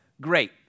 great